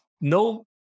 no